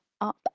up